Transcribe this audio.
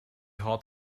hard